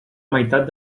meitat